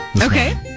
Okay